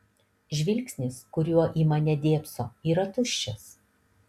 žvilgsnis kuriuo į mane dėbso yra tuščias